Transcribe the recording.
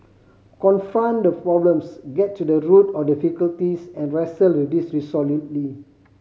confront the problems get to the root of difficulties and wrestle with these resolutely